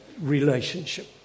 relationship